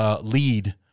lead